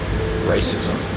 Racism